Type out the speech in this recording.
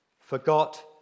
forgot